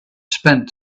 spend